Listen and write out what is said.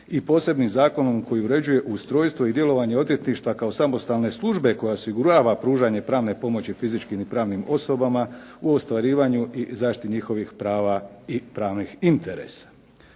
i posebnim zakonom koji uređuje ustrojstvo i djelovanje odvjetništva kao samostalne službe koja osigurava pružanje pravne pomoći fizičkim i pravnim osobama u ostvarivanju i zaštiti njihovih prava i pravnih interesa.